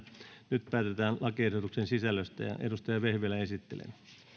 nyt päätetään lakiehdotuksen sisällöstä edustaja vehviläinen esittelee